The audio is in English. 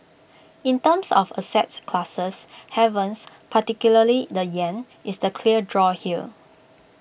in terms of assets classes havens particularly the Yen is the clear draw here